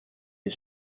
his